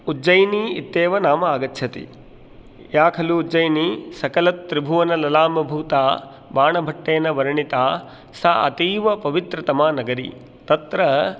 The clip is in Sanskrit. उज्जयिनी इत्येव नाम आगच्छति या खलु उज्जयिनी सकलत्रिभुवनललामभूता बाणभट्टेन वर्णिता सा अतीव पवित्रतमा नगरी तत्र